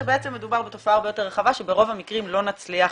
שבעצם מדובר בתופעה הרבה יותר רחבה שברוב המקרים לא נצליח